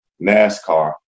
NASCAR